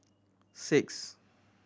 six